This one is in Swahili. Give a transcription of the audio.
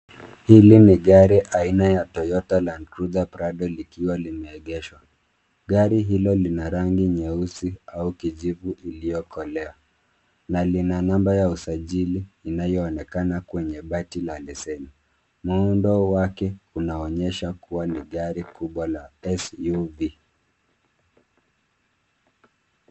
Hili ni gari aina ya Toyota Land Cruiser Prado likiwa limeegeshwa. Gari hilo lina rangi nyeusi au kijivu iliyokolea na lina namba ya usajili inayoonekana kwenye bati la leseni. Muundo wake unaonyesha kuwa ni gari kubwa la SUV.